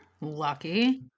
Lucky